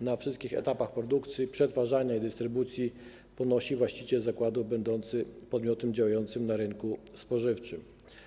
na wszystkich etapach produkcji, przetwarzania i dystrybucji ponosi właściciel zakładu będący podmiotem działającym na rynku spożywczym.